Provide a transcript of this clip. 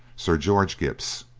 sir george gipps.